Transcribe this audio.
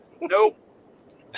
Nope